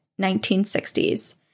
1960s